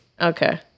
Okay